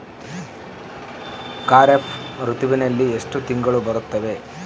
ಖಾರೇಫ್ ಋತುವಿನಲ್ಲಿ ಎಷ್ಟು ತಿಂಗಳು ಬರುತ್ತವೆ?